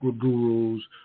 gurus